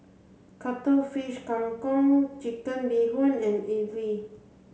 cuttlefish Kang Kong chicken bee hoon and idly